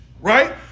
right